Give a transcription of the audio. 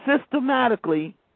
systematically